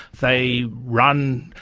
they run,